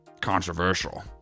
controversial